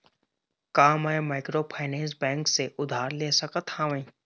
का मैं microfinance bank से उधार ले सकत हावे?